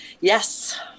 Yes